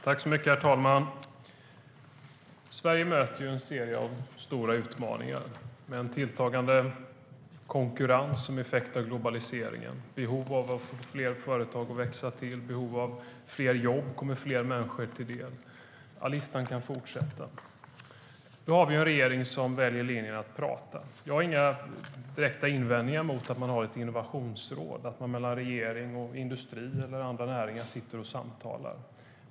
Herr ålderspresident! Sverige möter en serie stora utmaningar, med en tilltagande konkurrens som en effekt av globaliseringen, behov av fler företag som växer till, behov av fler jobb som kommer fler människor till del. Listan kan fortsätta. Då har vi en regering som väljer linjen att prata. Jag har inga direkta invändningar mot att man har ett innovationsråd, att man mellan regering och industri eller andra näringar samtalar.